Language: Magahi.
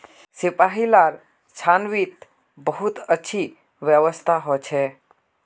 सिपाहि लार छावनीत बहुत अच्छी व्यवस्था हो छे